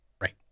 Right